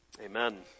Amen